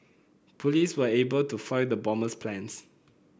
police were able to foil the bomber's plans